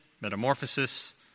metamorphosis